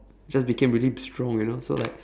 just became really strong you know so like